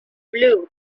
blue